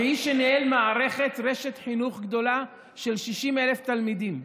כאיש שניהל מערכת רשת חינוך גדולה של 60,000 תלמידים.